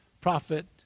prophet